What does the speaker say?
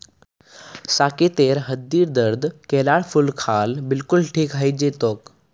साकेतेर हड्डीर दर्द केलार फूल खा ल बिलकुल ठीक हइ जै तोक